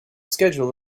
schedule